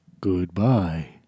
Goodbye